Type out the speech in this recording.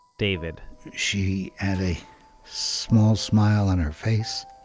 david she had a small smile on her face.